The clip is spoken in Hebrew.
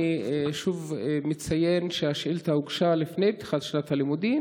אני שוב מציין שהשאילתה הוגשה לפני פתיחת שנת הלימודים,